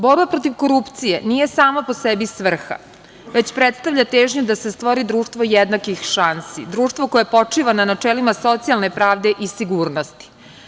Borba protiv korupcije nije sama po sebi svrha, već predstavlja težnju da se stvori društvo jednakih šansi, društvo koje počiva na načelima socijalne pravde i sigurnosti.